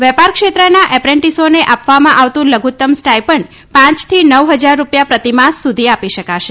વેપાર ક્ષેત્રના એપ્રેન્ટીસોને આપવામાં આવતું લધુત્તમ સ્ટાઈપન્ડ પાંચથી નવ હજાર રૂપિયા પ્રતિમાસ સુધી આપી શકાશે